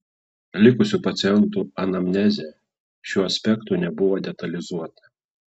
likusių pacientų anamnezė šiuo aspektu nebuvo detalizuota